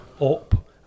up